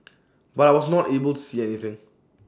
but I was not able to see anything